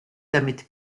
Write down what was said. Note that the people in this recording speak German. damit